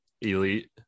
Elite